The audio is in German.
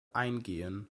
eingehen